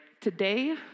Today